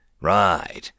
Right